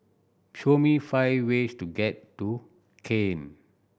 show me five ways to get to Cayenne